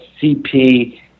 CP